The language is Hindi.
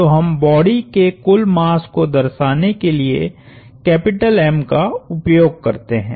तो हम बॉडी के कुल मास को दर्शाने के लिए कैपिटल M का उपयोग करते हैं